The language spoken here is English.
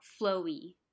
flowy